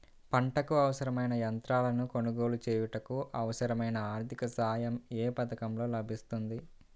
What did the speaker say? పంటకు అవసరమైన యంత్రాలను కొనగోలు చేయుటకు, అవసరమైన ఆర్థిక సాయం యే పథకంలో లభిస్తుంది?